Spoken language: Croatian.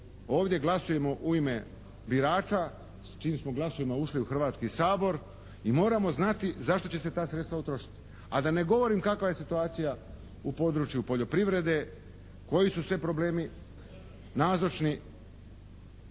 ovdje glasujemo u ime birača s čijim smo glasovima ušli u Hrvatski sabor i moramo znati za što će se ta sredstva utrošiti, a da ne govorim kakva je situacija u području poljoprivrede, koji su sve problemi nazočni